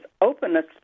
openness